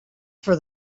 for